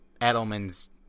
Edelman's